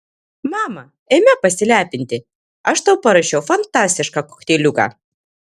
mama eime pasilepinti aš tau paruošiau fantastišką kokteiliuką